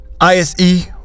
ISE